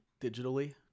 digitally